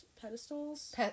pedestals